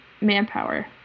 manpower